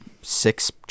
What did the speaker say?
six